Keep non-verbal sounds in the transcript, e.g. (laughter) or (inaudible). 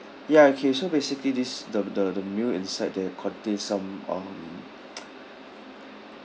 ya okay so basically this the the the meal inside there contain some um (noise)